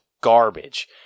garbage